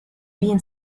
been